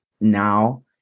now